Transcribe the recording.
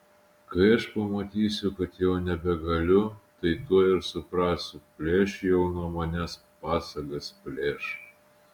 kai aš pamatysiu kad jau nebegaliu tai tuoj ir suprasiu plėš jau nuo manęs pasagas plėš